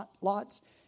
lots